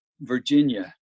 Virginia